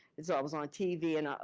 as ah as on tv and,